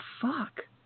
fuck